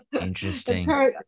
Interesting